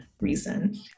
reason